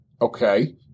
Okay